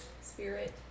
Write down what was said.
spirit